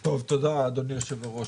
תודה, אדוני היושב-ראש.